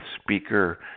speaker